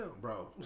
Bro